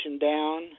down